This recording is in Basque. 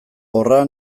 horra